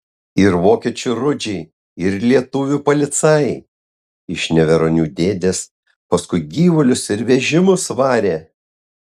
ir vokiečių rudžiai ir lietuvių policajai iš neveronių dėdės paskui gyvulius ir vežimus varė